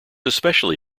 especially